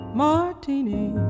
martini